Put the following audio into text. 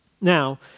Now